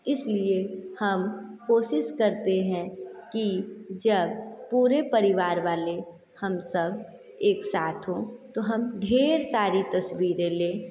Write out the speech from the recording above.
इसलिए हम कोशिश करते हैं कि जब पूरे परिवार वाले हम सब एक साथ हों तो हम ढ़ेर सारी तस्वीरें लें